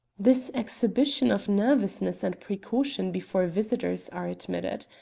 this exhibition of nervousness and precaution before visitors are admitted.